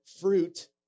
fruit